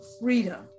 freedom